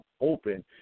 open